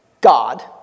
God